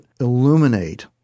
illuminate